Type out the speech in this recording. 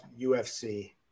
UFC